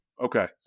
Okay